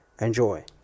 Enjoy